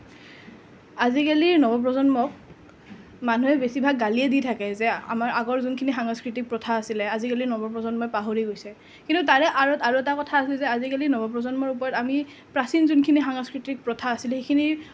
আজিকালিৰ নৱপ্ৰজন্মক মানুহে বেছিভাগ গালিয়ে দি থাকে যে আমাৰ আগৰ যোনখিনি সাংস্কৃতিক প্ৰথা আছিলে আজিকালিৰ নৱপ্ৰজন্মই পাহৰি গৈছে কিন্তু তাৰে আঁৰত আৰু এটা কথা আছে যে আজিকালিৰ নৱপ্ৰজন্মৰ ওপৰত আমি প্ৰাচীন যোনখিনি সংস্কৃতিক প্ৰথা আছিলে সেইখিনি